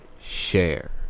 share